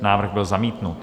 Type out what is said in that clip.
Návrh byl zamítnut.